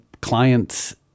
clients